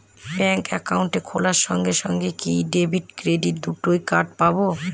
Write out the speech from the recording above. Bank account খোলার সঙ্গে সঙ্গে কি ডেবিট ক্রেডিট দুটো কার্ড পাবো?